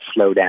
slowdown